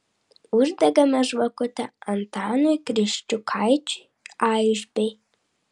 uždegame žvakutę antanui kriščiukaičiui aišbei